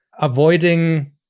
avoiding